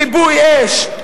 כיבוי אש,